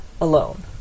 alone